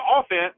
offense